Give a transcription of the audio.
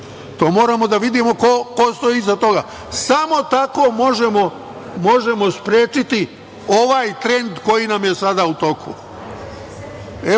Moramo da vidimo ko stoji iza toga. Samo tako možemo sprečiti ovaj trend koji nam je sada u toku. Evo,